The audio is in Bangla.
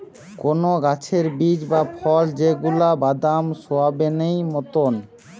কোন গাছের বীজ বা ফল যেগুলা বাদাম, সোয়াবেনেই মতোন